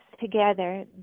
together